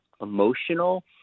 emotional